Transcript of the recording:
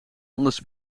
anders